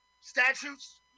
statutes